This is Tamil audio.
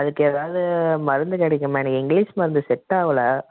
அதுக்கு எதாவது மருந்து கிடைக்குமா எனக்கு இங்கிலீஷ் மருந்து செட் ஆகல